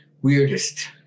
Weirdest